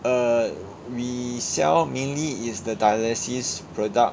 err we sell mainly is the dialysis product